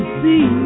see